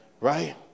Right